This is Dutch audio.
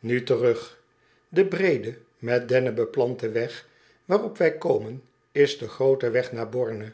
u terug e breede met dennen beplante weg waarop wij komen is de groote weg naar orne